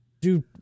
Dude